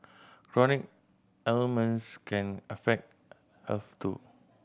chronic ailments can affect health too